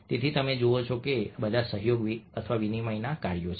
તેથી તમે તે જુઓ છો અને આ બધા સહયોગ અથવા વિનિમયના કાર્યો છે